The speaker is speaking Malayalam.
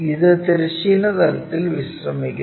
ഇത് തിരശ്ചീന തലത്തിൽ വിശ്രമിക്കുന്നു